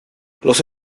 los